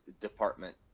department